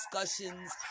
discussions